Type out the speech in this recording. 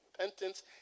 repentance